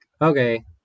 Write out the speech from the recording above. okay